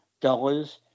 dollars